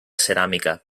ceràmica